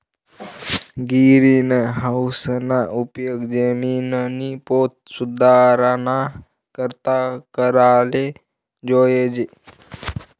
गिरीनहाऊसना उपेग जिमिननी पोत सुधाराना करता कराले जोयजे